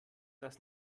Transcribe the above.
das